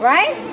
Right